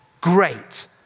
great